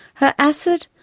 her acid,